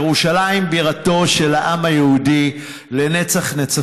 ירושלים היא בירתו של העם היהודי לנצח-נצחים.